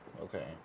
Okay